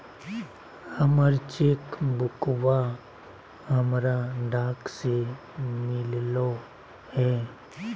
हमर चेक बुकवा हमरा डाक से मिललो हे